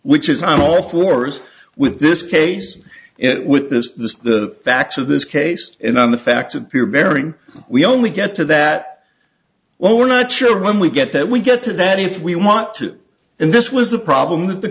which is on all fours with this case it with this is the facts of this case and on the facts and pure bearing we only get to that well we're not sure when we get that we get to that if we want to and this was the problem that the